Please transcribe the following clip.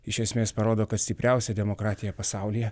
iš esmės parodo kad stipriausia demokratija pasaulyje